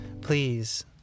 please